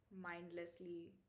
mindlessly